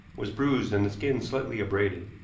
was bruised and the skin slightly abraded.